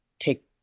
take